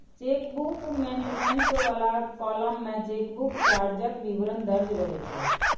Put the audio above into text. chequebook maintenance बला column मे chequebook चार्जक विवरण दर्ज रहै छै